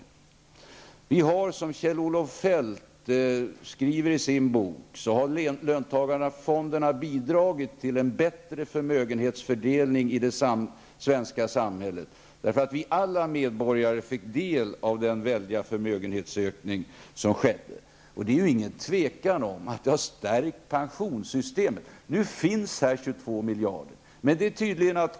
Löntagarfonderna har, som Kjell Olof Feldt skriver i sin bok, bidragit till en bättre förmögenhetsfördelning i det svenska samhället. Alla medborgare fick del av den enorma förmögenhetsökning som skedde. Det råder inget tvivel om att fonderna har stärkt pensionssystemet. Nu finns det 22 miljarder i fonderna.